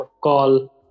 call